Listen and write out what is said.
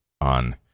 on